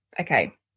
okay